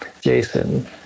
Jason